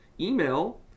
email